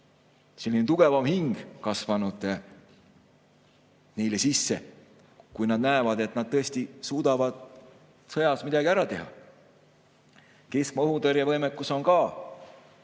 selline tugevam hing kasvanud sisse, kui nad näevad, et nad tõesti suudavad sõjas midagi ära teha. Keskmaa õhutõrje võimega on ka